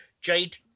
Jade